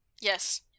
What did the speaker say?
Yes